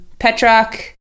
Petrock